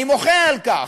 אני מוחה על כך,